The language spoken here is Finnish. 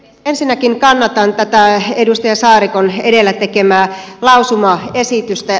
ensinnäkin kannatan tätä edustaja saarikon edellä tekemää lausumaesitystä